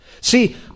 See